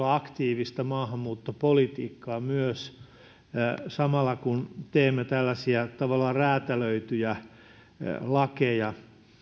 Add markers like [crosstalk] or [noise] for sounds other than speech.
[unintelligible] aktiivista maahanmuuttopolitiikkaa myös samalla kun teemme tällaisia tavallaan räätälöityjä lakeja